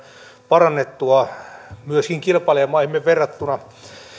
parannettua myöskin kilpailijamaihimme verrattuna